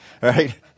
right